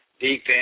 defense